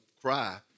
cry